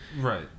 Right